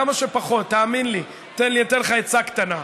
כמה שפחות, תאמין לי, אתן לך עצה קטנה.